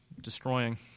destroying